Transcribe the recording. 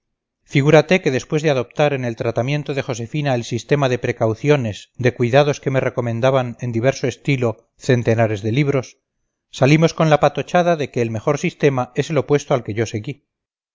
figúrate que después de adoptar en el tratamiento de josefina el sistema de precauciones de cuidados que me recomendaban en diverso estilo centenares de libros salimos con la patochada de que el mejor sistema es el opuesto al que yo seguí